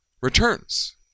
returns